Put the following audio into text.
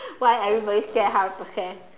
why everybody get hundred percent